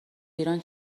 ایران